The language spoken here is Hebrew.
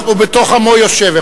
הוא בתוך עמו יושב,